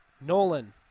Nolan